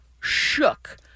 shook